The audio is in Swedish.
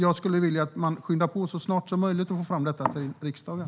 Jag skulle vilja att man skyndar på för att så snart som möjligt få fram ett sådant förslag till riksdagen.